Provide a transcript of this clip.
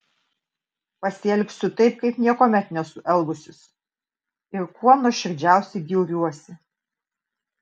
pasielgsiu taip kaip niekuomet nesu elgusis ir kuo nuoširdžiausiai bjauriuosi